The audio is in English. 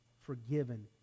forgiven